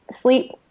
sleep